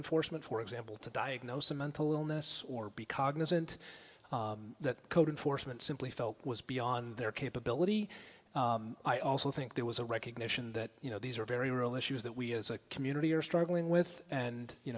enforcement for example to diagnose a mental illness or be cognizant that code enforcement simply felt was beyond their capability i also think there was a recognition that you know these are very real issues that we as a community are struggling with and you